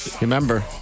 Remember